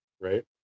right